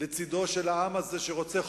לצדו של העם הזה, שרוצה חופש,